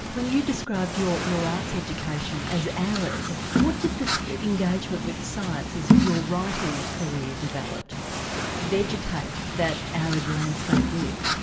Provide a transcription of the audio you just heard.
when you described your your arts education as arid, what did this engagement with science as your writing career developed vegetate that arid landscape with?